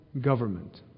government